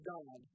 God